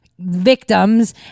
victims